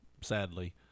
sadly